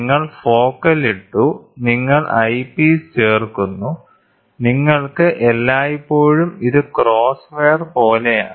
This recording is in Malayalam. നിങ്ങൾ ഫോക്കൽ ഇട്ടു നിങ്ങൾ ഐപീസ് ചേർക്കുന്നു നിങ്ങൾക്ക് എല്ലായ്പ്പോഴും ഇത് ക്രോസ് വയർ പോലെയാണ്